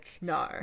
No